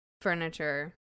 furniture